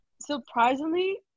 Surprisingly